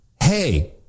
hey